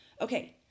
Okay